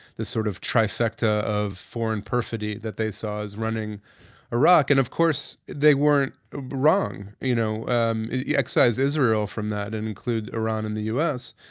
this sort of trifecta of foreign perfidy that they saw as running iraq. and of course they weren't ah wrong, you know um excise israel from that and include iran and the u. s.